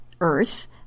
Earth